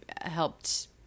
helped